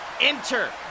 enter